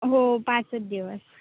हो पाचच दिवस